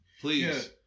please